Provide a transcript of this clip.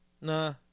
Nah